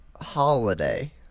holiday